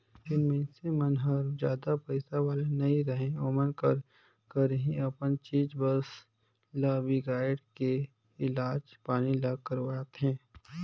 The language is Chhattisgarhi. जेन मइनसे मन हर जादा पइसा वाले नइ रहें ओमन का करही अपन चीच बस ल बिगायड़ के इलाज पानी ल करवाथें